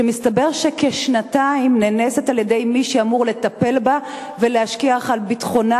שמסתבר שכשנתיים נאנסת על-ידי מי שאמור לטפל בה ולהשגיח על ביטחונה,